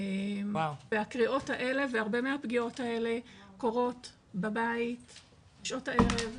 והקריאות האלה והרבה מהפגיעות האלה קורות בבית בשעות הערב,